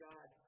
God